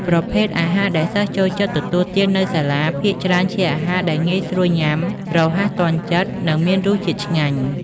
ប្រភេទអាហារដែលសិស្សចូលចិត្តទទួលទាននៅសាលា ភាគច្រើនជាអាហារដែលងាយស្រួលញ៉ាំ រហ័ស ទាន់ចិត្ត និងមានរសជាតិឆ្ងាញ់។